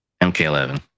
MK11